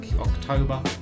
October